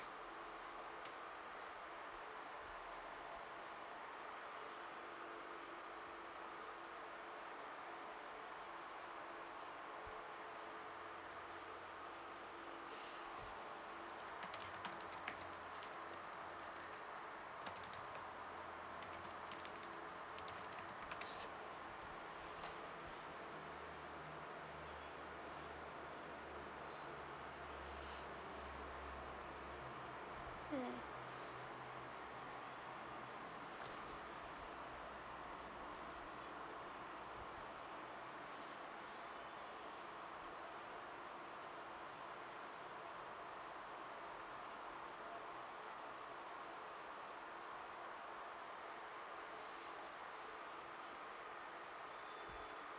mm